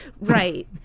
right